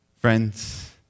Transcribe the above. Friends